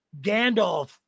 Gandalf